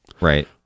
Right